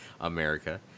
America